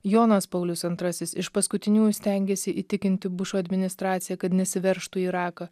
jonas paulius antrasis iš paskutiniųjų stengėsi įtikinti bušo administraciją kad nesiveržtų į iraką